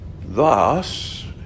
Thus